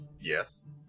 Yes